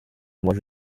mois